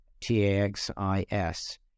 T-A-X-I-S